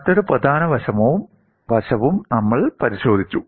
മറ്റൊരു പ്രധാന വശവും നമ്മൾ പരിശോധിച്ചു